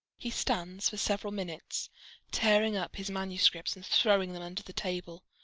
he stands for several minutes tearing up his manuscripts and throwing them under the table,